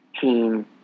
team